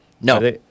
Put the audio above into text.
No